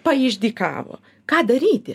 paišdykavo ką daryti